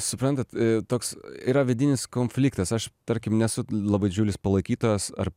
suprantat toks yra vidinis konfliktas aš tarkim nesu labai didžiulis palaikytojas ar